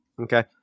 Okay